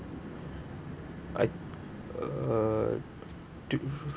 I uh to